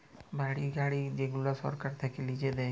বাড়ি, গাড়ি যেগুলা সরকার থাক্যে লিজে দেয়